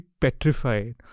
petrified